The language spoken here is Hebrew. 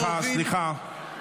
סליחה, סליחה.